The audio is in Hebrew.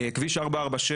כביש 446,